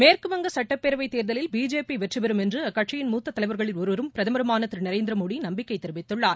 மேற்குவங்க சுட்டப்பேரவைத் தேர்தலில் பிஜேபி வெற்றிபெறும் என்று அக்கட்சியின் மூத்த தலைவர்களில் ஒருவரும் பிரதமருமாள திரு நரேந்திரமோடி நம்பிக்கை தெரிவித்துள்ளார்